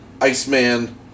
Iceman